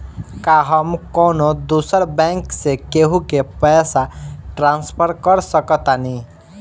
का हम कौनो दूसर बैंक से केहू के पैसा ट्रांसफर कर सकतानी?